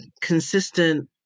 consistent